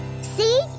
See